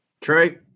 Trey